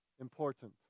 important